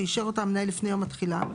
שאישר אותה המנהל לפני יום התחילה,